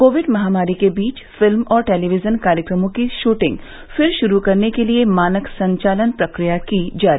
Covid महामारी के बीच फिल्म और टेलीविजन कार्यक्रमों की शूटिंग फिर शुरू करने के लिए मानक संचालन प्रक्रिया की जारी